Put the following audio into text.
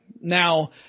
Now